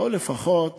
בואו לפחות